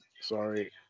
sorry